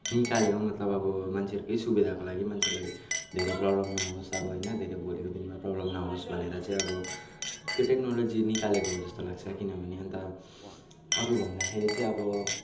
निकाल्यो मतलब अब मान्छेहरूकै सुविधाको लागि मान्छेलाई धेरै प्रब्लम नहोस् अब होइन धेरै भोलिको दिनमा प्रब्लम नहोस् भनेर चाहिँ अब त्यो टेक्नोलोजी निकालेको हो जस्तो लाग्छ किनभने अन्त अरू भन्दाखेरि चाहिँ अब